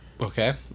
Okay